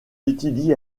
étudie